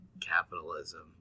capitalism